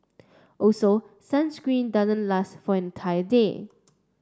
also sunscreen doesn't last for an entire day